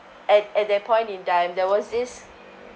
at at that point in time there was this